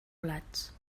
blats